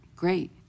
great